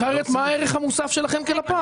אחרת מהערך המוסף שלכם כלפ"מ?